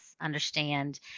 understand